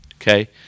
okay